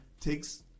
takes